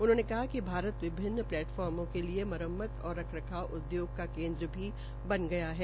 उन्होंने कहा कि भारत विभिन्न प्लेट फार्मो के लिए मुरम्मत और रख रखाव उदयोग का केन्द्र भी बन गया है